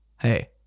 hey